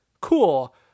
cool